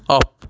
off